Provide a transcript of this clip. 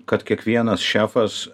kad kiekvienas šefas